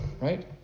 Right